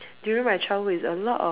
during my childhood is a lot of